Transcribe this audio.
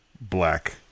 Black